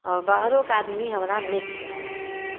आओर बाहरोके आदमी हमरा नीक कहय हथिन